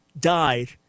died